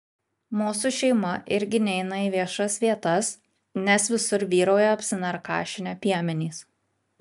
mūsų šeima irgi neina į viešas vietas nes visur vyrauja apsinarkašinę piemenys